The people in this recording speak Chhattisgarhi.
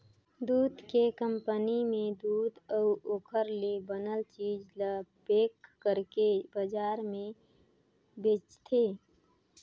दूद के कंपनी में दूद अउ ओखर ले बनल चीज ल पेक कइरके बजार में बेचथे